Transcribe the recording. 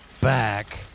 back